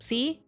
See